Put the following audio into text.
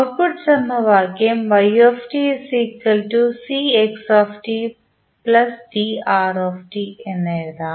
output സമവാക്യം എന്ന് എഴുതാം